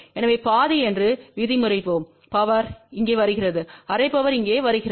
எனவே பாதி என்று விதிமுறைவோம் பவர் இங்கே வருகிறது அரை பவர் இங்கே வருகிறது